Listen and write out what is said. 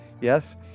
Yes